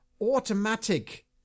automatic